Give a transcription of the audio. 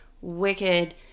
wicked